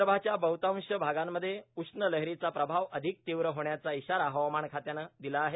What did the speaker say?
विदर्भाच्या बहुतांश भागांमध्ये उष्ण लहरींचा प्रभाव अधिक तीव्र होण्याचा इशारा हवामान खात्यानं दिलं आहे